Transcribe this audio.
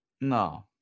No